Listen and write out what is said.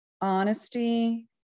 honesty